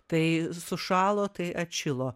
tai sušalo tai atšilo